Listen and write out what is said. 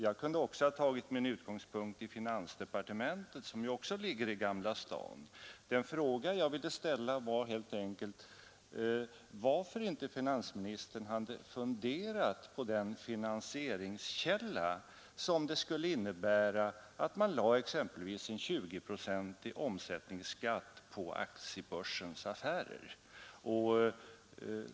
Jag kunde ha tagit min utgångspunkt i finansdepartementet, som ju också ligger i Gamla stan. Den fråga jag ville ställa var helt enkelt varför inte finansministern hade funderat på den finansieringskälla som det skulle innebära att lägga exempelvis en 20-procentig omsättningsskatt på aktiebörsens affärer.